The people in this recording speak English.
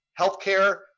healthcare